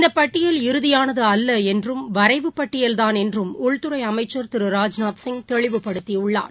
இந்தபட்டியல் இறதிபானது அல்லஎன்றும் வரைவு பட்டியல் தான் என்றும் உள்துறை அமைச்சர் திரு ராஜ்நாத் சிங் தெளிவுபடுத்தியுள்ளார்